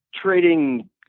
Trading